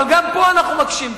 אבל גם פה אנחנו מקשים.